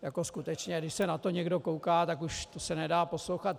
Jako skutečně, když se na to někdo kouká, tak už se to nedá poslouchat.